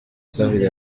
kabiri